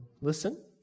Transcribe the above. Listen